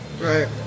Right